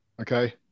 okay